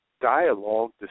dialogue